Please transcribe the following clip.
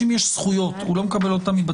אישור החוק הזה, נקודת המוצא שלו שיש חיסיון.